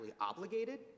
obligated